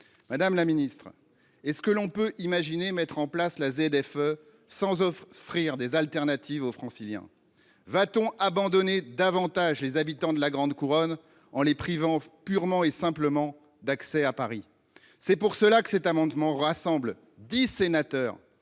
Madame la ministre, peut-on imaginer mettre en place la ZFE sans offrir d'alternatives aux Franciliens ? Va-t-on abandonner davantage les habitants de grande couronne, en les privant purement et simplement d'accès à Paris ? C'est pourquoi cet amendement a recueilli les signatures